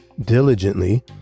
diligently